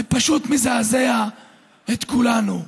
זה פשוט מזעזע את כולנו.